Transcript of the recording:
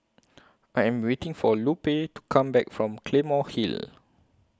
I Am waiting For Lupe to Come Back from Claymore Hill